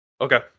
Okay